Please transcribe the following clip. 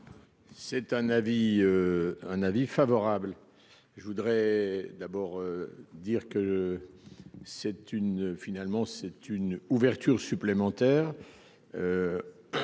avis. Un avis favorable. Je voudrais d'abord dire que. C'est une finalement c'est une ouverture supplémentaire.